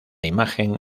imagen